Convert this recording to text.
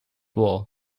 war